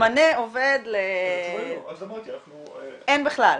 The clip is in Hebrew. מתמנה עובד --- אז אמרתי, אנחנו- -- אין בכלל.